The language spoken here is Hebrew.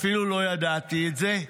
אפילו לא ידעתי את זה.